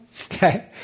Okay